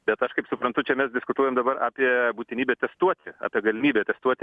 bet aš kaip suprantu čia mes diskutuojam dabar apie būtinybę testuoti apie galimybę testuoti